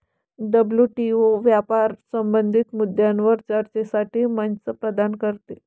WTO व्यापार संबंधित मुद्द्यांवर चर्चेसाठी मंच प्रदान करते